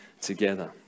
together